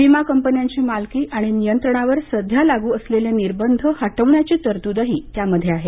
विमा कंपन्यांची मालकी आणि नियंत्रणावर सध्या लागू असलेले निर्बध हटवण्याची तरतूदही त्यामध्ये आहे